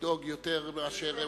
לדאוג יותר מאשר,